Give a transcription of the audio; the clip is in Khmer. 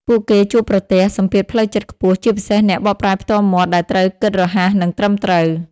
ពួកគេជួបប្រទះសម្ពាធផ្លូវចិត្តខ្ពស់ ជាពិសេសអ្នកបកប្រែផ្ទាល់មាត់ ដែលត្រូវគិតរហ័ស និងត្រឹមត្រូវ។